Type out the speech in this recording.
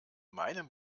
meinem